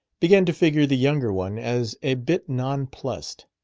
began to figure the younger one as a bit nonplused.